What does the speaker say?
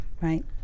Right